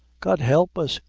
god help us,